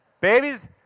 Babies